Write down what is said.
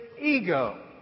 ego